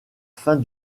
fin